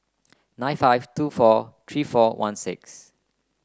nine five two four three four one six